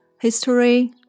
history